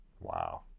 Wow